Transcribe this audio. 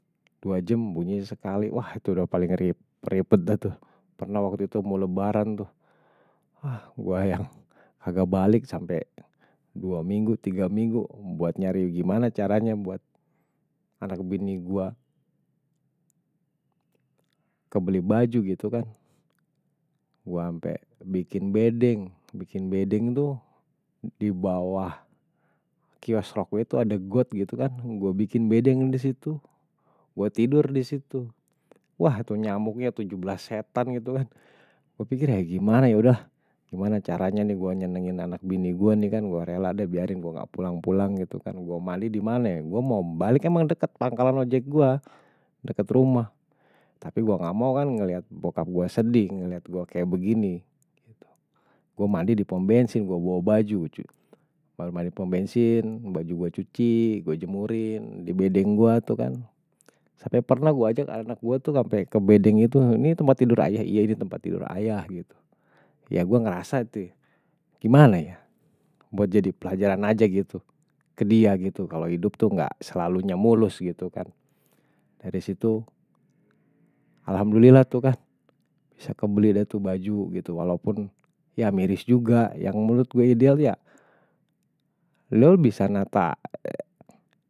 Dua jam bunyinya sekali, wah itu udah paling ribet dah tuh. Pernah waktu itu mau lebaran tuh. Wah, gue yang agak balik sampe dua minggu, tiga minggu. Buat nyari gimana caranye buat anak bini gue. Kebeli baju gitu kan. Gue sampe bikin bedeng. Bikin bedeng tuh di bawah kios waktu ada got gitu kan. Gue bikin bedeng disitu. Gue tidur disitu. Wah tuh nyamuknya tujuh belas setan gitu kan. Gue pikir ya gimana ya udah. Gimana caranya nih gue nyenangin anak bini gue nih kan. Gue rela deh biarin gue gak pulang-pulang gitu kan. Gue mandi dimana ya. Gue mau balik emang deket pangkalan ojek gue. Deket rumah. Tapi gue gak mau kan ngeliat bokap gue sedih. Ngeliat gue kayak begini. Gue mandi di pom bensin, gue bawa baju. Gue mandi di pembencin, baju gue cuci, gue jemurin. Di bedeng gue tuh kan. Sampe pernah gue ajak anak gue tuh sampe ke bedeng itu. Ini tempat tidur ayah. Iya ini tempat tidur ayah gitu. Ya gue ngerasa gitu ya. Gimana ya. Buat jadi pelajaran aja gitu. Kedia gitu. Kalau hidup tuh gak selalunya mulus gitu kan. Dari situ. Alhamdulillah tuh kan. Bisa kebeli deh tuh baju gitu. Walaupun ya miris juga. Yang mulut gue ideal ya. Lo bisa nata.